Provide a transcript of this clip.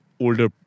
Older